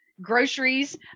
groceries